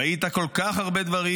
ראית כל כך הרבה דברים,